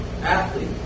athlete